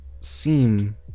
seem